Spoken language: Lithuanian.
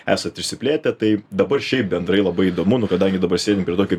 esat išsiplėtę tai dabar šiaip bendrai labai įdomu kadangi dabar sėdim prie tokio